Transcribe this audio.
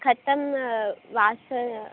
कथं वासः